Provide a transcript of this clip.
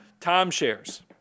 Timeshares